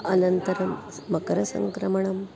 अनन्तरं मकरसङ्क्रमणं